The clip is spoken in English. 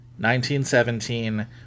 1917